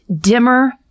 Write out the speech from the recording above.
dimmer